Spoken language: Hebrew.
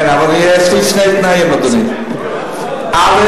כן, אבל יש לי שני תנאים, אדוני: א.